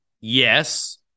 Yes